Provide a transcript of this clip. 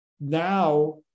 now